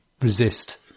resist